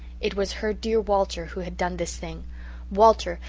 it was her dear walter who had done this thing walter,